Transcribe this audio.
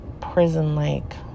prison-like